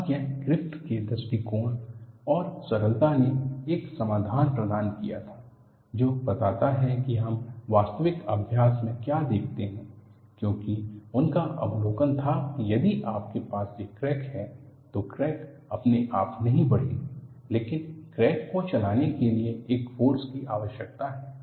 और यह ग्रिफ़िथ के दृष्टिकोण और सरलता ने एक समाधान प्रदान किया था जो बताता है कि हम वास्तविक अभ्यास में क्या देखते हैं क्योंकि उन का अवलोकन था कि यदि आपके पास एक क्रैक है तो क्रैक अपने आप नहीं बढ़ेगी लेकिन क्रैक को चलाने के लिए एक फ़ोर्स की आवश्यकता है